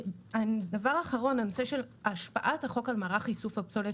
דבר אחרון השפעת החוק על מערך איסוף הפסולת